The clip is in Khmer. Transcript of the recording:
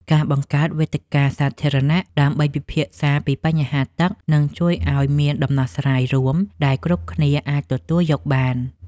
ការបង្កើតវេទិកាសាធារណៈដើម្បីពិភាក្សាពីបញ្ហាទឹកនឹងជួយឱ្យមានដំណោះស្រាយរួមដែលគ្រប់គ្នាអាចទទួលយកបាន។